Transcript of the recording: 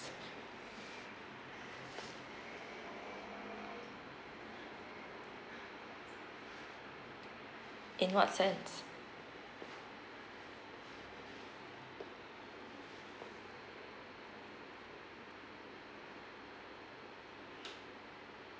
in what sense